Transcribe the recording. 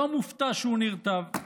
לא מופתע שהוא נרטב,